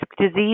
disease